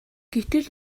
гэтэл